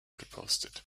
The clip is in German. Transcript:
gepostet